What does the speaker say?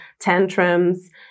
tantrums